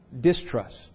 Distrust